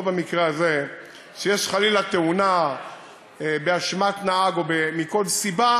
לא במקרה הזה כשיש חלילה תאונה באשמת נהג או מכל סיבה,